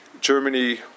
Germany